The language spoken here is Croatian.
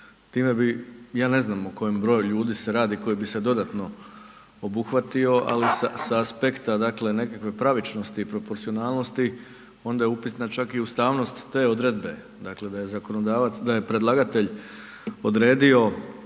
time bi, ja ne znam o kojem broju ljudi se radi koji bi se dodatno obuhvatio, ali sa, sa aspekta dakle nekakve pravičnosti i proporcionalnosti onda je upitna čak i ustavnost te odredbe, dakle da je zakonodavac,